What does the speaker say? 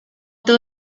todo